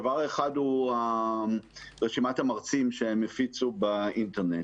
דבר אחר, רשימת המרצים שהם הפיצו באינטרנט,